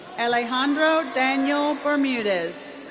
alejandro daniel bermudez.